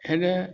हिन